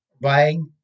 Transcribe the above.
buying